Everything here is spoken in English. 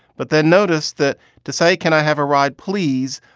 but then notice that to say, can i have a ride, please?